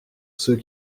ceux